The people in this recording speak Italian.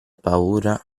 paura